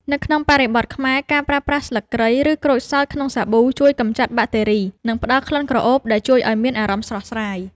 នៅក្នុងបរិបទខ្មែរ ការប្រើប្រាស់ស្លឹកគ្រៃ ឬក្រូចសើចក្នុងសាប៊ូ ជួយកម្ចាត់បាក់តេរី និងផ្តល់ក្លិនក្រអូបដែលជួយឱ្យមានអារម្មណ៍ស្រស់ស្រាយ។